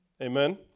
Amen